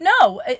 No